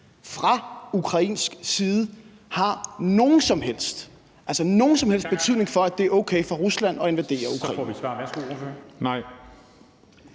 fra ukrainsk side har nogen som helst – nogen som helst – betydning for, at det er okay for Rusland at invadere Ukraine?